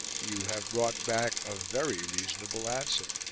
you have brought back a very reasonable answer.